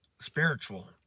spiritual